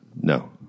No